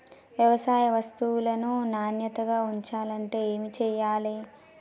వ్యవసాయ వస్తువులను నాణ్యతగా ఉంచాలంటే ఏమి చెయ్యాలే?